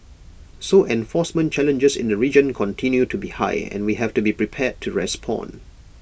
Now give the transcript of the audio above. so enforcement challenges in the region continue to be high and we have to be prepared to respond